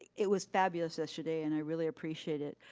it was fabulous yesterday and i really appreciate it.